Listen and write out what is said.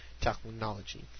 technology